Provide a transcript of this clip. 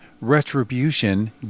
retribution